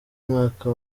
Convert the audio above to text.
mwaka